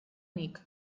nik